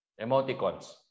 Emoticons